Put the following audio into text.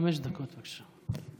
חמש דקות, בבקשה.